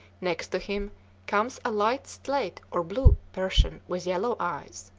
next to him comes a light slate or blue persian, with yellow eyes.